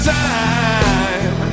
time